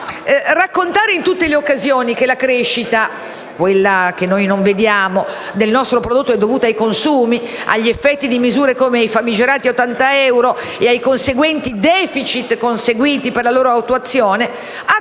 raccontare in tutte le occasioni che la crescita - quella che noi non vediamo - del nostro prodotto è dovuta ai consumi, agli effetti di misure come i famigerati 80 euro (e ai conseguent*i deficit* conseguiti per la loro attuazione) ha come